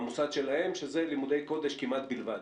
המוסד שלהם, שזה לימודי קודש כמעט בלבד.